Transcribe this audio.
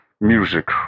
music